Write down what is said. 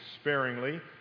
sparingly